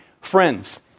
Friends